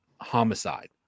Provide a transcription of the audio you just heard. Homicide